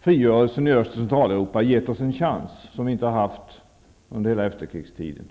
Frigörelsen i Öst och Centraleuropa har gett oss en chans som vi inte har haft under hela efterkrigstiden.